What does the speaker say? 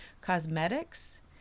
cosmetics